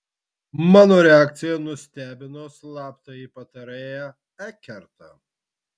mano reakcija nustebino slaptąjį patarėją ekertą